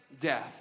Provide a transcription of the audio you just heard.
death